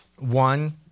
One